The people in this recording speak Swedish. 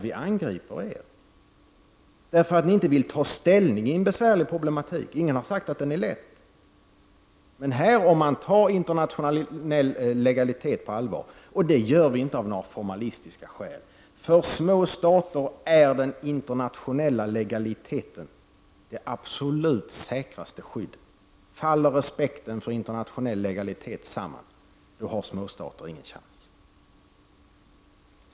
Vi angriper er därför att ni inte vill ta ställning till en besvärlig problematik. Ingen har sagt att den är lätt, om man tar internationell legalitet på allvar, och det gör vi inte av några formalistiska skäl. För små stater är den internationella legaliteten det absolut säkraste skyddet. Faller respekten för internationell legalitet samman, då har små stater ingen chans.